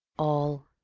all,